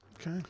okay